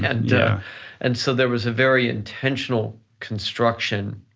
and yeah and so there was a very intentional construction,